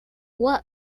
what